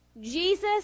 Jesus